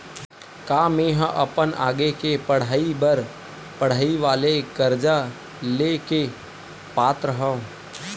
का मेंहा अपन आगे के पढई बर पढई वाले कर्जा ले के पात्र हव?